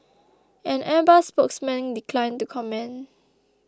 an Airbus spokesman declined to comment